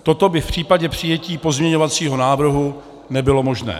Toto by v případě pojetí pozměňovacího návrhu nebylo možné.